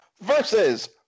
versus